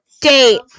date